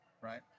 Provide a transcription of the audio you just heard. Right